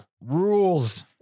Rules